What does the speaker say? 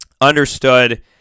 Understood